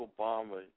Obama